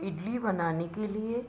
इडली बनाने के लिए